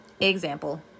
Example